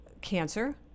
cancer